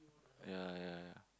ya ya ya